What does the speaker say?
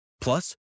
Plus